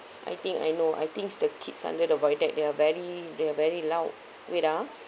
I think I know I think the kids under the void deck they are very they are very loud wait ah